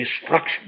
Destruction